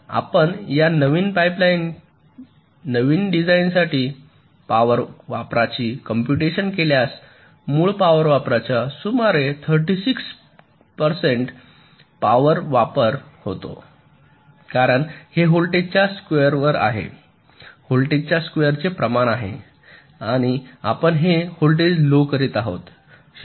तर आपण या नवीन पाइपलाइन नवीन डिझाइनसाठी पॉवर वापराची कॉम्पुटेशन केल्यास मूळ पॉवर वापराच्या सुमारे 36 टक्के पॉवर वापर होता कारण हे व्होल्टेजचे स्क्वेअर आहे व्होल्टेजच्या स्क्वेअरचे प्रमाण आहे आणि आपण हे व्होल्टेज लो करत आहात ही आवश्यक आयडिया योग्य आहे